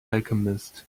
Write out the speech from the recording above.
alchemist